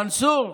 מנסור,